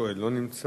השואל לא נמצא.